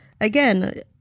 again